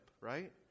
right